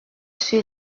sur